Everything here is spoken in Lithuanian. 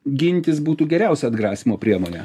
gintis būtų geriausia atgrasymo priemonė